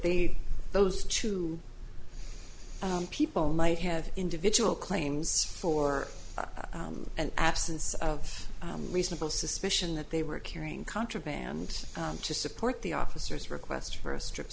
the those two people might have individual claims for an absence of reasonable suspicion that they were carrying contraband to support the officers request for a strip